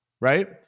right